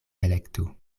elektu